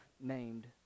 named